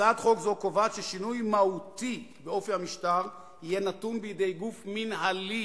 הצעת חוק זאת קובעת ששינוי מהותי באופי המשטר יהיה נתון בידי גוף מינהלי